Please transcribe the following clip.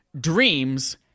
Dreams